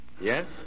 Yes